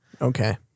Okay